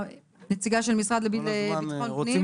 לנציגה של המשרד לביטחון פנים, מיטל.